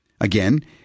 Again